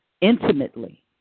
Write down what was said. intimately